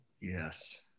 Yes